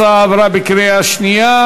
הצעת חוק השיפוט הצבאי (תיקון מס' 69),